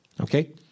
Okay